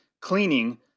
cleaning